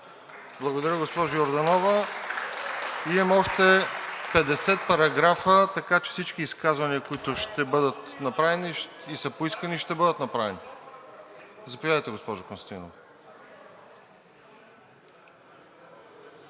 Благодаря, госпожо Йорданова. Има още 50 параграфа, така че всички изказвания, които ще бъдат направени и са поискани, ще бъдат направени. Заповядайте, госпожо Константинова.